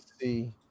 see